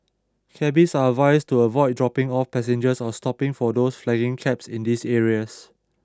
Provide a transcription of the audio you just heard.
Cabbies are advised to avoid dropping off passengers or stopping for those flagging cabs in these areas